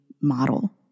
model